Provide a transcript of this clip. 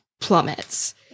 plummets